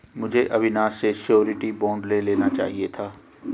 मुझे अविनाश से surety bond ले लेना चाहिए था